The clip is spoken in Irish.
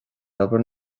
obair